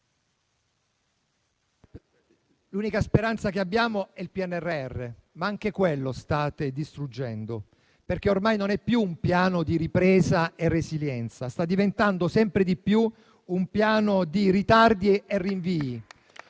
l'unica speranza che abbiamo è il PNRR, ma anche quello state distruggendo. Ormai non è più un piano di ripresa e resilienza, ma sta diventando sempre di più un piano di ritardi e rinvii